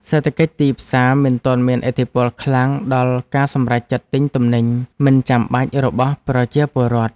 សេដ្ឋកិច្ចទីផ្សារមិនទាន់មានឥទ្ធិពលខ្លាំងដល់ការសម្រេចចិត្តទិញទំនិញមិនចាំបាច់របស់ប្រជាពលរដ្ឋ។